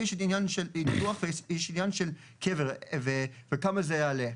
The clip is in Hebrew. עניין של ניתוח ויש עניין של קבר וכמה זה יעלה.